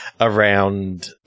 around-